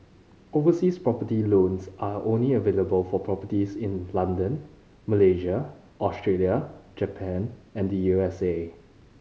overseas property loans are only available for properties in London Malaysia Australia Japan and U S A